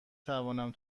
توانم